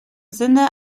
sinne